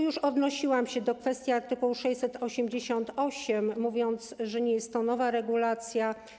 Już odnosiłam się do kwestii art. 688, mówiąc, że nie jest to nowa regulacja.